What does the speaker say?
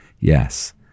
Yes